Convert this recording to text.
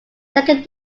second